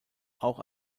auch